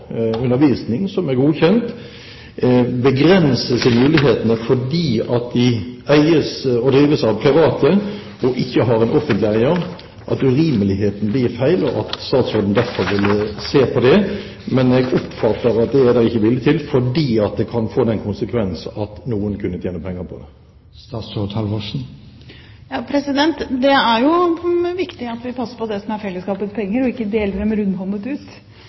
undervisning som er godkjent, så begrenses mulighetene fordi den eies og drives av private, og ikke har en offentlig eier. Dette er urimelig og feil, og jeg håper derfor at statsråden vil se på det. Men jeg oppfatter at det er det ikke vilje til fordi det kan få den konsekvensen at noen kunne tjene penger på det. Det er viktig at vi passer på det som er fellesskapets penger og ikke deler dem rundhåndet ut.